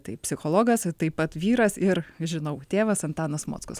tai psichologas taip pat vyras ir žinau tėvas antanas mockus